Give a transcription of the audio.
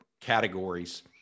categories